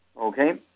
Okay